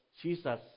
Jesus